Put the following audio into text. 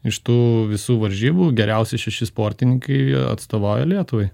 iš tų visų varžybų geriausi šeši sportininkai atstovauja lietuvai